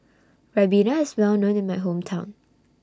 Ribena IS Well known in My Hometown